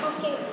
Okay